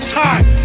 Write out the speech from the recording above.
time